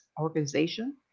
organization